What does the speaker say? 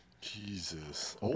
Jesus